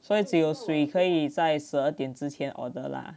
所以只有水可以在十二点之前 order lah